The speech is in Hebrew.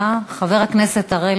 חקירה